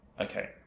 Okay